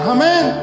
Amen